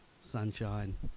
sunshine